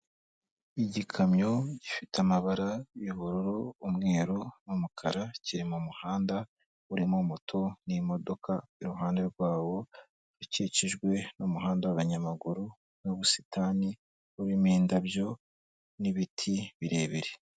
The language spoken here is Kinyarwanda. Igikamyo gifite amabara y'ubururu, umweru n'umukara, kiri mu muhanda urimo moto n'imodoka, iruhande rwawo ukikijwe n'umuhanda w'abanyamaguru n'ubusitani burimo indabyo n'ibiti birebire.